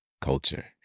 Culture